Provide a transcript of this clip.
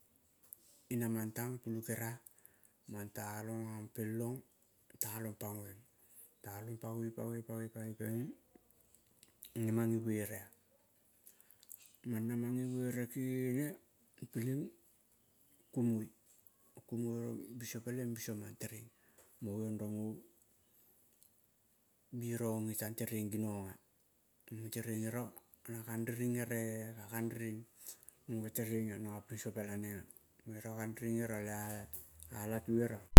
Inamang tang pulu keria, mang ta long gopel long talong pagoi, talong pagoi, pagoi, pagio pagoi peleng namang ibuere mang namang ibuire genene peling kumoi rong biso peleng biso mang tereng mo geiong rong oh birogo ge tang tereng ginong ah muge tereng ero na gang riring ere ka gan riring muge tereng ah nango pinso pela neng ah ero gang riring ero le-ah latu eroh.